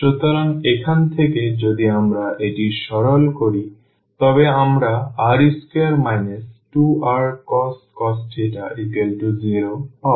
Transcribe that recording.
সুতরাং এখান থেকে যদি আমরা এটি সরল করি তবে আমরা r2 2rcos 0 পাব